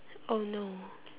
oh no